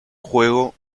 juego